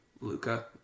Luca